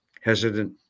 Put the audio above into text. hesitant